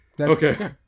Okay